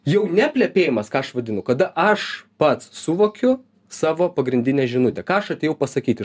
jau ne plepėjimas ką aš vadinu kada aš pats suvokiu savo pagrindinę žinutę ką aš atėjau pasakyti